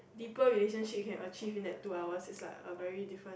deeper relationship you can achieve in that two hours is like a very different